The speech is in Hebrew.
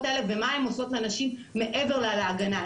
האלה ומה הן עושות לנשים מעבר להגנה.